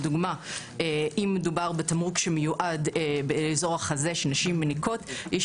למשל אם מדובר בתמרוק שמיועד באזור החזה של נשים מניקות יש